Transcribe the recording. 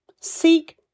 Seek